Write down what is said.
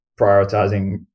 prioritizing